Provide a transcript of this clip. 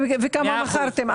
וכמה מכרתם.